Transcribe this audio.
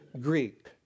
Greek